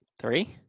Three